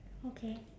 okay